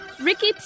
Ricky